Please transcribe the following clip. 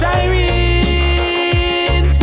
Siren